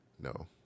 No